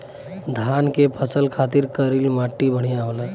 धान के फसल खातिर करील माटी बढ़िया होला